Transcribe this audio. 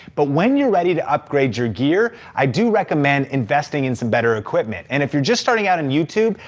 but when you're ready to upgrade your gear, i do recommend investing in some better equipment. and if you're just starting out in youtube,